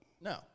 No